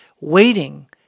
waiting